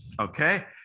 Okay